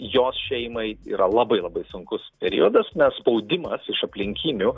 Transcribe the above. jos šeimai yra labai labai sunkus periodas nes spaudimas iš aplinkinių